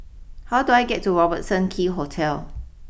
how do I get to Robertson Quay Hotel